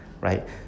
right